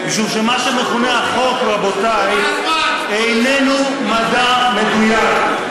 משום שמה שמכונה החוק, רבותיי, איננו מדע מדויק.